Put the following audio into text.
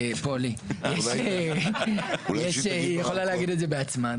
היא יכולה להגיד את זה בעצמה.